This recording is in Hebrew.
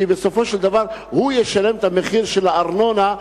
כי בסופו של דבר הוא ישלם את המחיר של הארנונה,